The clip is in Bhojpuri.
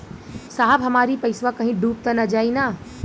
साहब हमार इ पइसवा कहि डूब त ना जाई न?